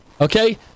Okay